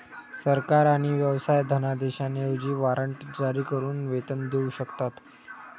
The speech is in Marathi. सरकार आणि व्यवसाय धनादेशांऐवजी वॉरंट जारी करून वेतन देऊ शकतात